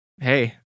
hey